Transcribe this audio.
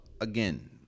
Again